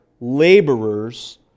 laborers